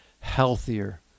healthier